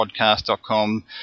Podcast.com